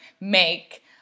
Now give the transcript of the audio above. make